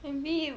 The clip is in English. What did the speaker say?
and